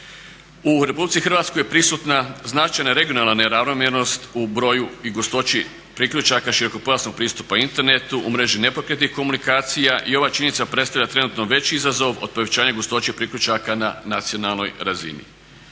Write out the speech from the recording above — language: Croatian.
U RH je prisutna značajna regionalna neravnomjernost u broju i gustoći priključaka širokopojasnog pristupa internetu u mreži nepokretnih komunikacija i ovaj činjenica predstavlja trenutno veći izazov od povećanja gustoće priključaka na nacionalnoj razini.